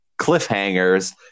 cliffhangers